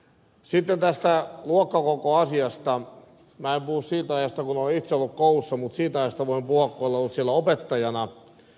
en puhu siitä ajasta kun olen itse ollut koulussa mutta siitä ajasta voin puhua kun olen ollut siellä opettajana